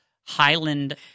Highland